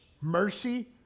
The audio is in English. mercy